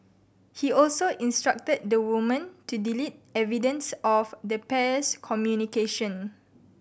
he also instructed the woman to delete evidence of the pair's communication